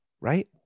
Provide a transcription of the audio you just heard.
Right